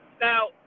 Now